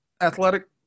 athletic